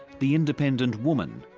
the independent woman,